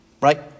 right